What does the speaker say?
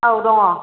औ दङ